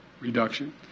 reduction